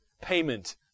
payment